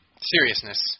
seriousness